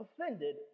offended